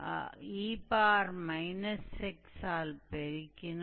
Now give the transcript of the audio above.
इसलिए 1 से हमारे पास 1 होगा